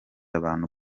abantu